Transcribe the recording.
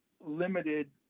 limited